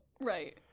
right